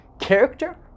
Character